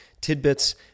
tidbits